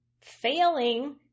failing